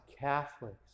Catholic's